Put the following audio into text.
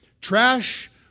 trash